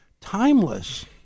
timeless